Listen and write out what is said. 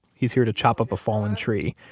he's here to chop up a fallen tree.